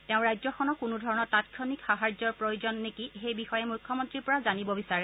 তেওঁ ৰাজ্যখনক কোনো ধৰণৰ তাৎক্ষণিক সাহায্যৰ প্ৰয়োজন নেকি সেই বিষয়ে মুখ্যমন্ত্ৰীৰ পৰা জানিব বিচাৰে